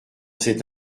cet